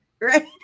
Right